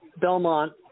Belmont